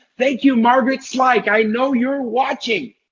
thank you margaret, so like i know you are watching.